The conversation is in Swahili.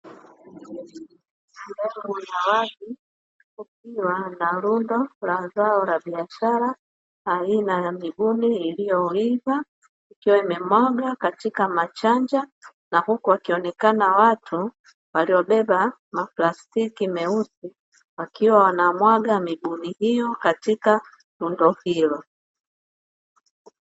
Sehemu ya ardhi ikiwa na lundo la zao la biashara aina ya mibuni iliyoivaa ikiwa imemwagwa katika machanga, na huku wakionekana watu waliobeba maplastiki meusi wakiwa wanamwaga mibuni hiyo katika lundo hilo.